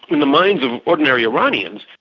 in the minds of ordinary iranians,